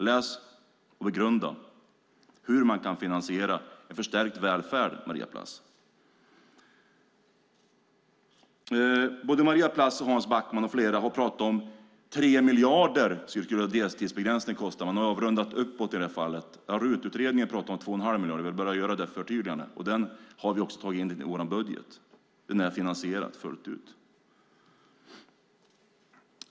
Läs och begrunda hur man kan finansiera förstärkt välfärd, Maria Plass! Maria Plass, Hans Backman och flera andra har pratat om att deltidsbegränsningen skulle kosta 3 miljarder. Man har avrundat uppåt i det här fallet. I utredningen från riksdagens utredningstjänst pratar man om 2 1⁄2 miljarder. Jag vill bara göra det förtydligandet. Det har vi också tagit in i vår budget. Den är finansierad fullt ut.